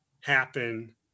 happen